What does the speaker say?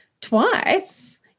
twice